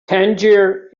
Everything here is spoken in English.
tangier